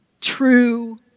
true